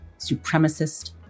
supremacist